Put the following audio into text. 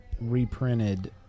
reprinted